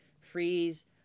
freeze